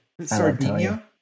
Sardinia